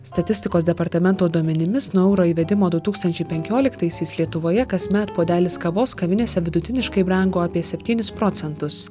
statistikos departamento duomenimis nuo euro įvedimo du tūkstančiai penkioliktaisiais lietuvoje kasmet puodelis kavos kavinėse vidutiniškai brango apie septynis procentus